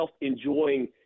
enjoying